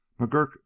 McGurk